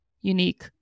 unique